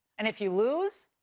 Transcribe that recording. and if you lose,